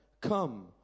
come